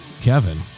kevin